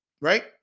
Right